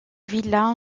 villa